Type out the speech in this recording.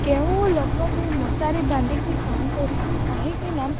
କେଉଁ ଲୋକ ବି ମଶାରି ବାନ୍ଧିକି ଶୁଅନ୍ତୁ କାହିଁକି ନା